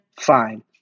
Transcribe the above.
fine